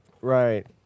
Right